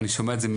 אני שומע את זה,